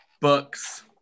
Books